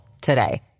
today